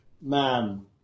man